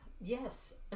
Yes